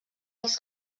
els